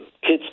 kids